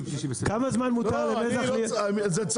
כמה זמן מותר למזח --- זה גשר פלסטי.